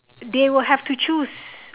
they will have to choose